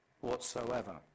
whatsoever